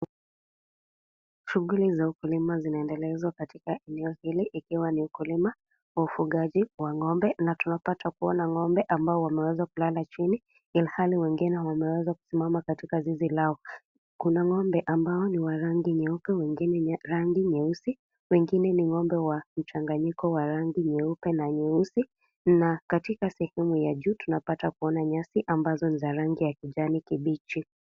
Shughuli za ukulima zinaendelezwa katika eneo hili. Ikiwa ni ukulima wa ufugaji wa ng'ombe. Na tunapata kuona ng'ombe ambao wameweza kulala chini ilhali wengine wameweza kusimama katika zizi lao. Kuna ng'ombe ambao ni wa rangi nyeupe, wengine rangi nyeusi, wengine ni ng'ombe wa kichanganyiko wa rangi nyeupe na nyeusi. Na katika sehemu ya juu tunapata kuona nyasi ambazo za rangi ya kijani kibichi.